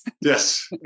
Yes